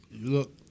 look